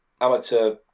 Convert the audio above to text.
amateur